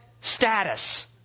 status